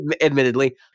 admittedly